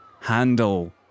handle